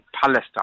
Palestine